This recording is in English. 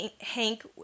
Hank